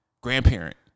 grandparent